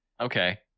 Okay